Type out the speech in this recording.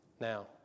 Now